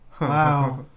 Wow